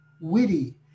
witty